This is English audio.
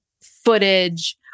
footage